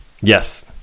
yes